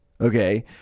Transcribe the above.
okay